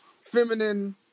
feminine